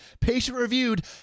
patient-reviewed